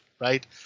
right